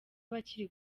abakiri